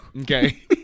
Okay